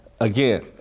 again